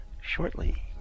shortly